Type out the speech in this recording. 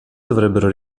dovrebbero